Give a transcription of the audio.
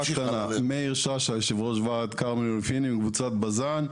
אני יושב-ראש ועד כרמל ופיני מקבוצת בז"ן,